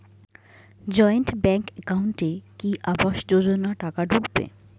Joint bank একাউন্টে কি আবাস যোজনা টাকা ঢুকবে?